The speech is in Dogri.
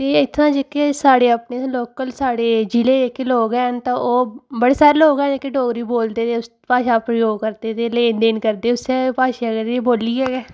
ते इत्थै जेह्के साढ़े अपने इत्थै लोकल साढ़े जि'ले़ जेह्के लोक हैन तां ओह् बड़े सारे लोक हैन जेह्के डोगरी बोलदे ते भाशा अपनी ओह् करदे ते लेन देन करदे उस्सै भाशा करियै बोलियै गै